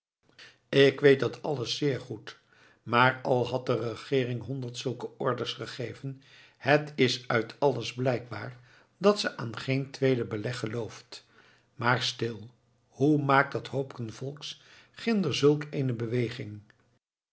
ik weet dat alles zeer goed maar al had de regeering honderd zulke orders gegeven het is uit alles blijkbaar dat ze aan geen tweede beleg gelooft maar stil hoe maakt dat hoopken volks ginder zulk eene beweging